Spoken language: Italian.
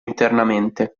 internamente